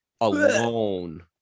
alone